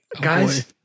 guys